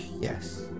yes